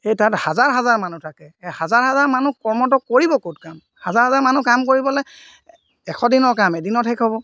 এই তাত হাজাৰ হাজাৰ মানুহ থাকে এই হাজাৰ হাজাৰ মানুহ কৰ্মটো কৰিব ক'ত কাম হাজাৰ হাজাৰ মানুহ কাম কৰিবলৈ এশ দিনৰ কাম এদিনত শেষ হ'ব